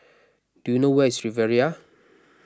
do you know where is Riviera